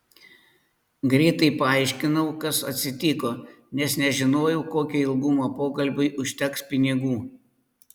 greitai paaiškinau kas atsitiko nes nežinojau kokio ilgumo pokalbiui užteks pinigų